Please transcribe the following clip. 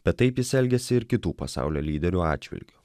bet taip jis elgėsi ir kitų pasaulio lyderių atžvilgiu